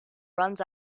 runs